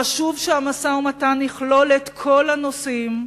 חשוב שהמשא-ומתן יכלול את כל הנושאים,